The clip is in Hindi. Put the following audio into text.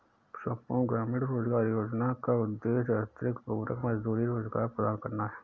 संपूर्ण ग्रामीण रोजगार योजना का उद्देश्य अतिरिक्त पूरक मजदूरी रोजगार प्रदान करना है